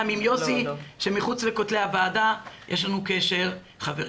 גם עם יוסי שמחוץ לכתלי הוועדה יש לנו קשר חברי.